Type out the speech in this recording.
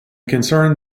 concerned